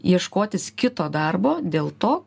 ieškotis kito darbo dėl to